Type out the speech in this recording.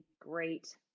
great